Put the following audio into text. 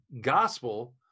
gospel